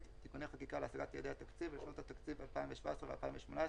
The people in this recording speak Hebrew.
(תיקוני חקיקה להשגת יעדי התקציב לשנות התקציב 2017 ו-2018),